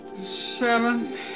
Seven